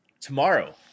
Tomorrow